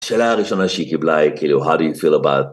השאלה הראשונה שהיא קיבלה היא כאילו, how do you fell about?